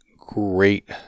great